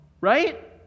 right